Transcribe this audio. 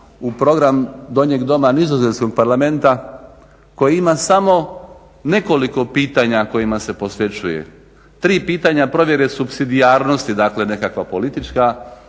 u program Donjeg doma nizozemskog Parlamenta koji ima samo nekoliko pitanja kojima se posvećuje. Tri pitanja provjere supsidijarnosti, dakle nekakva politička